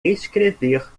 escrever